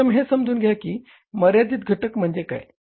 प्रथम हे समजून घ्या की मर्यादित घटक म्हणजे काय